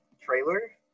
trailer